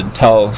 tell